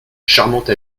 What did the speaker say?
charmante